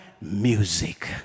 music